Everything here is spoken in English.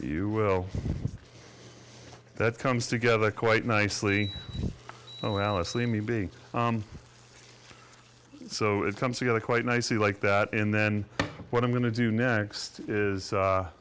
you will that comes together quite nicely oh alice leave me being so it comes together quite nicely like that in then what i'm going to do next is